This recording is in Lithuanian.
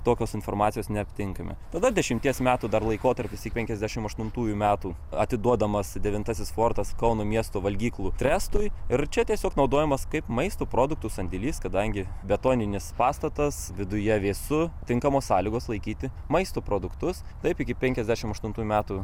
tokios informacijos neaptinkame tada dešimties metų dar laikotarpis iki penkiasdešim aštuntųjų metų atiduodamas devintasis fortas kauno miesto valgyklų trestui ir čia tiesiog naudojamas kaip maisto produktų sandėlys kadangi betoninis pastatas viduje vėsu tinkamos sąlygos laikyti maisto produktus taip iki penkiasdešim aštuntųjų metų